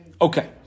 Okay